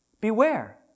Beware